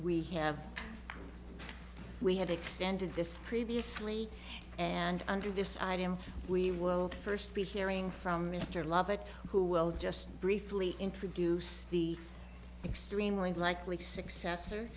we have we had extended this previously and under this idea we will first be hearing from mr lovett who will just briefly introduce the extremely likely successor